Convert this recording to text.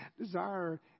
desire